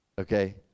Okay